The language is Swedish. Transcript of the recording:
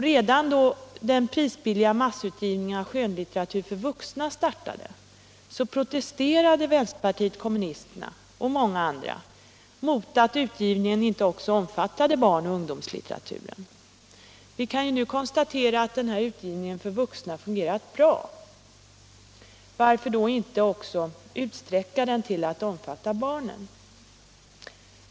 Redan då den prisbilliga massutgivningen av skönlitteratur för vuxna startade protesterade vänsterpartiet kommunisterna och många andra mot att utgivningen inte också omfattade barnoch ungdomslitteraturen. Vi kan nu konstatera att denna utgivningsform fungerat bra. Varför då inte också utsträcka den till att omfatta litteratur för barn?